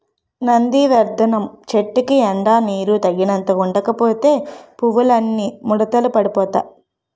నందివర్థనం చెట్టుకి ఎండా నీరూ తగినంత ఉండకపోతే పువ్వులన్నీ ముడతలు పడిపోతాయ్